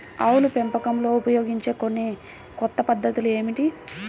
ఆవుల పెంపకంలో ఉపయోగించే కొన్ని కొత్త పద్ధతులు ఏమిటీ?